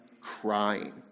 crying